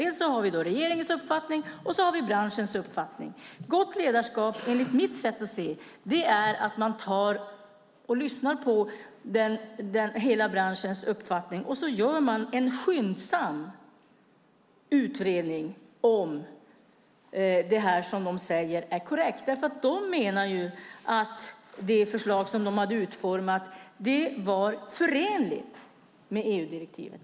Dels har vi regeringens uppfattning, dels har vi branschens uppfattning. Gott ledarskap enligt mitt sätt att se är att man lyssnar på hela branschens uppfattning och sedan gör en skyndsam utredning för att se om det som de säger är korrekt. De menar ju att det förslag som de hade utformat var förenligt med EU-direktivet.